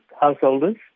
householders